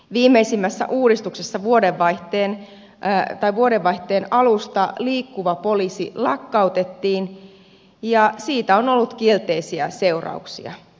viimeisimmässä uudistuksessa vuodenvaihteen alusta liikkuva poliisi lakkautettiin ja siitä on ollut kielteisiä seurauksia